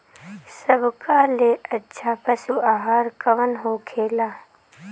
सबका ले अच्छा पशु आहार कवन होखेला?